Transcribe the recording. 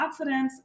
antioxidants